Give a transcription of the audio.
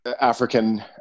African